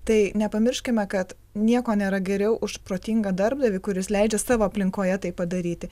tai nepamirškime kad nieko nėra geriau už protingą darbdavį kuris leidžia savo aplinkoje tai padaryti